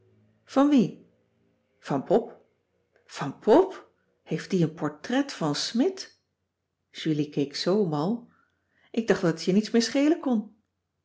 van wie van pop van pop heeft die een portret van smidt julie keek zoo mal ik dacht dat het je niets meer schelen kon